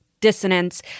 dissonance